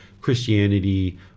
Christianity